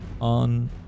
on